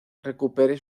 recupere